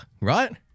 right